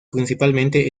principalmente